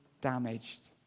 damaged